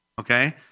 Okay